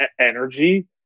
energy